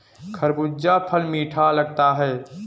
खरबूजा फल मीठा लगता है